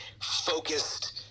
focused